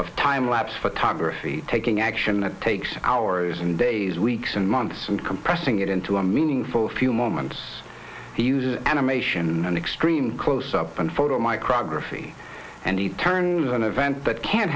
of time lapse photography taking action that takes hours and days weeks and months and compressing it into a meaningful few moments he uses animation and extreme close up and photo microgravity and he turns an event that can